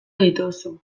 dituzu